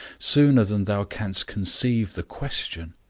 sooner than thou canst conceive the question